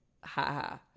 ha-ha